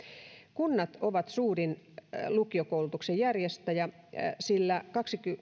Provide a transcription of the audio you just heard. kunnat ovat suurin lukiokoulutuksen järjestäjä sillä